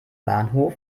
bahnhof